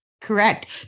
Correct